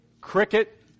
cricket